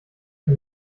can